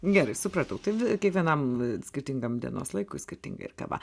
gerai supratau tai kiekvienam skirtingam dienos laikui skirtinga ir kava